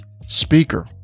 speaker